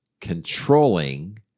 Controlling